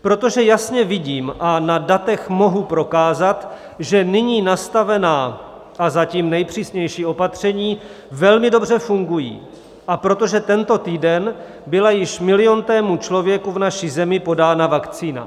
Protože jasně vidím a na datech mohu prokázat, že nyní nastavená a zatím nejpřísnější opatření velmi dobře fungují, a protože tento týden byla již miliontému člověku v naší zemi podána vakcína.